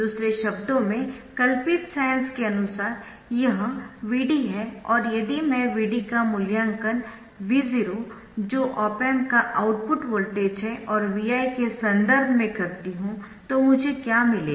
दूसरे शब्दों में कल्पित साइन्स के अनुसार यह Vd है और यदि मैं Vd का मूल्यांकन V0 जो ऑप एम्प का आउटपुट वोल्टेज है और Vi के संदर्भ में करती हु तो मुझे क्या मिलेगा